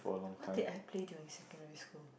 what did I play during secondary school